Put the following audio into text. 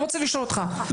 לא.